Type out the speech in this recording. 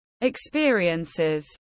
experiences